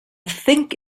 think